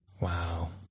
Wow